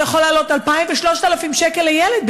זה יכול לעלות 2,000 ו-3,000 שקל לילד.